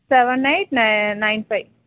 seven eight nine five